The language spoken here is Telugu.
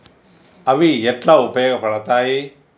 అవి ఎట్లా ఉపయోగ పడతాయి?